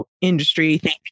industry